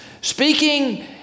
speaking